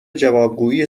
جوابگویی